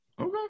Okay